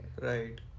Right